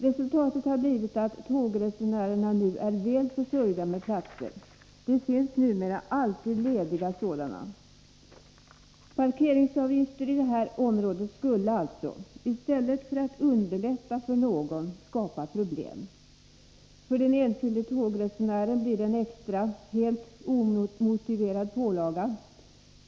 Resultatet har blivit att tågresenärerna nu är väl försörjda med parkeringsplatser, och det finns numera alltid lediga sådana. Parkeringsavgifter i detta område skulle alltså, i stället för att underlätta för någon, skapa problem. För den enskilde tågresenären blir det en extra helt omotiverad pålaga.